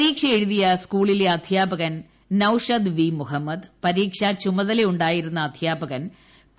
പരീക്ഷ എഴുതിയ സ്കൂളിലെ അധ്യാപകൻ നിഷാദ് വി മുഹമ്മദ് പരീക്ഷാ ചുമതലയുണ്ടാ യിരുന്ന അധ്യാപകൻ പി